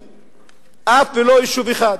כמה יישובים הוקמו?